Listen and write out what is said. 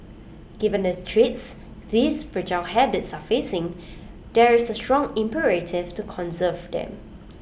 given the threats these fragile habitats are facing there is A strong imperative to conserve them